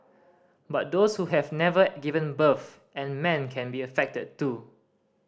but those who have never given birth and men can be affected too